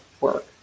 work